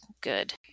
good